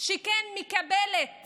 שמקבלת